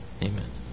Amen